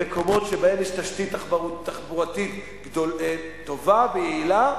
במקומות שבהם יש תשתית תחבורתית טובה ויעילה,